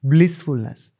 Blissfulness